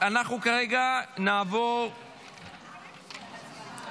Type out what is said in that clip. מכיוון